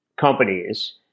companies